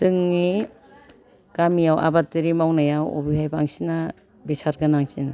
जोंनि गामियाव आबादारि मावनायाव अबेहाय बांसिनआ बिसार गोनांसिन